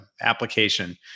application